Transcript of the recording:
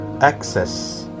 access